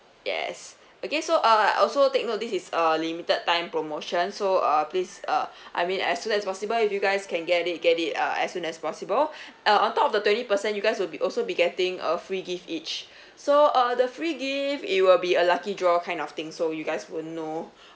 yes okay so uh also take note this is a limited time promotion so uh please uh I mean as soon as possible if you guys can get it get it uh as soon as possible uh on top of the twenty percent you guys will be also be getting a free gift each so uh the free gift it will be a lucky draw kind of thing so you guys won't know